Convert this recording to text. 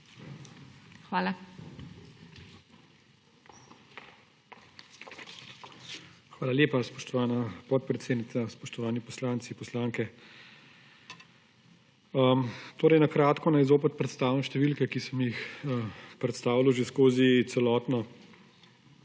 HOJS:** Hvala lepa, spoštovana podpredsednica. Spoštovani poslanci, poslanke! Na kratko naj zopet predstavim številke, ki sem jih predstavljal že skozi celotno